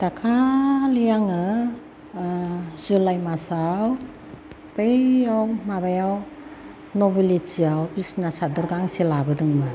दाखालि आङो जुलाइ मास आव बैयाव माबायाव नबिलिथियाव बिसिना सादोर गांसे लाबोदोंमोन